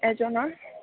এজনৰ